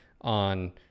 on